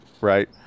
right